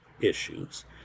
issues